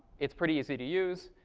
it's pretty easy to use.